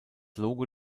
logo